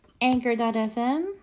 Anchor.fm